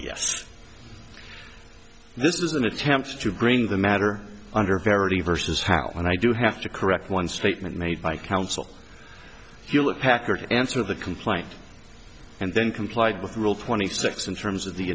yes this is an attempt to bring the matter under verity versus how when i do have to correct one statement made by counsel hewlett packard answer the complaint and then complied with rule twenty six in terms of the